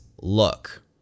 look